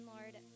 Lord